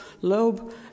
lobe